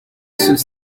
ceux